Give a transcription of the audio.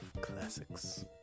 classics